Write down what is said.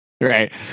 Right